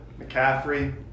McCaffrey –